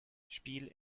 spiel